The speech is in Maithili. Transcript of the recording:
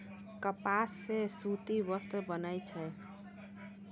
कपास सॅ सूती वस्त्र बनै छै